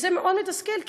וזה מאוד מתסכל,